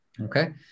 Okay